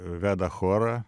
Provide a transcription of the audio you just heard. veda chorą